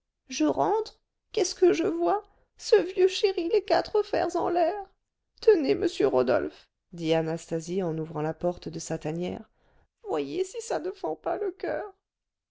je rentre qu'est-ce que je vois ce vieux chéri les quatre fers en l'air tenez monsieur rodolphe dit anastasie en ouvrant la porte de sa tanière voyez si ça ne fend pas le coeur